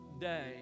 day